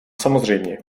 samozřejmě